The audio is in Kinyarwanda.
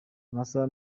amasaha